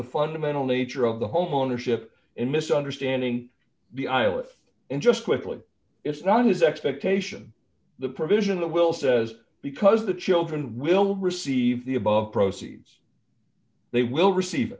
the fundamental nature of the homeownership and misunderstanding the eyelift and just quickly it's not his expectation the provision the will says because the children will receive the above proceeds they will receive